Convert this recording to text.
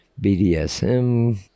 BDSM